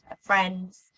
friends